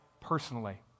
personally